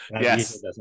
Yes